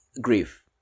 Grief